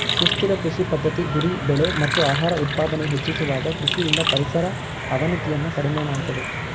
ಸುಸ್ಥಿರ ಕೃಷಿ ಪದ್ಧತಿ ಗುರಿ ಬೆಳೆ ಮತ್ತು ಆಹಾರ ಉತ್ಪಾದನೆ ಹೆಚ್ಚಿಸುವಾಗ ಕೃಷಿಯಿಂದ ಪರಿಸರ ಅವನತಿಯನ್ನು ಕಡಿಮೆ ಮಾಡ್ತದೆ